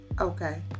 Okay